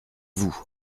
vous